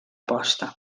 posta